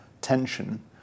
tension